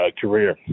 career